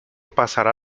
pasará